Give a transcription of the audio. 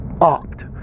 Opt